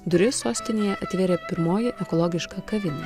duris sostinėje atvėrė pirmoji ekologiška kavinė